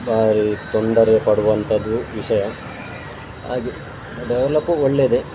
ಭಾರಿ ತೊಂದರೆ ಪಡುವಂತದ್ದು ವಿಷಯ ಹಾಗೆ ಡೆವಲಪ್ ಒಳ್ಳೆಯದೆ